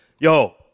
Yo